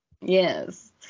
yes